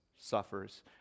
suffers